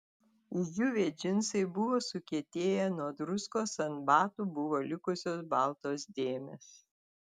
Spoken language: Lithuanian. išdžiūvę džinsai buvo sukietėję nuo druskos ant batų buvo likusios baltos dėmės